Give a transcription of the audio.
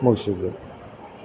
ಮುಗಿಸಿದ್ವಿ